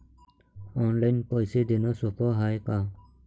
Online पैसे देण सोप हाय का?